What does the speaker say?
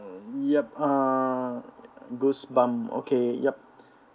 yup err goosebumps okay yup